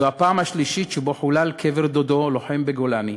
זו הפעם השלישית שחולל קבר דודו, לוחם בגולני,